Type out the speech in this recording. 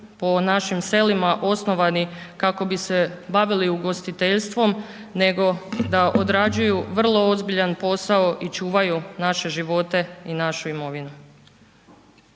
po našim selima osnovani kako bi se bavili ugostiteljstvom nego da odrađuju vrlo ozbiljan posao i čuvaju naše živote i našu imovinu.